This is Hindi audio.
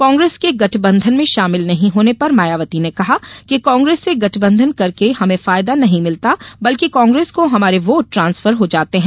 कांग्रेस के गठबंधन में शामिल नहीं होने पर मायावती ने कहा कि कांग्रेस से गठबंधन करके हमें फायदा नहीं मिलता बल्कि कांग्रेस को हमारे वोट ट्रांसफर हो जाते हैं